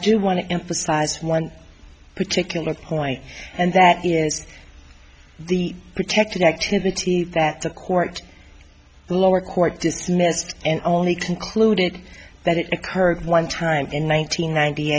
do want to emphasize one particular point and that is the protected activity that the court lower court dismissed and only concluded that it occurred one time in one nine